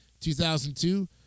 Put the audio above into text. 2002